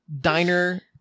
Diner